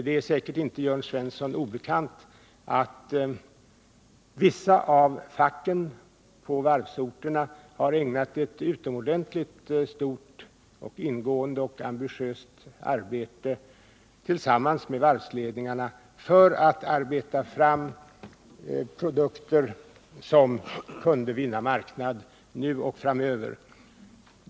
Det är säkert inte Jörn Svensson obekant att vissa av facken på varvsorterna har ägnat ett utomordentligt stort, ingående och ambitiöst arbete åt att tillsammans med varvsledningarna arbeta fram produkter som kunde vinna marknad nu och framöver.